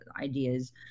ideas